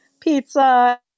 pizza